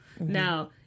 Now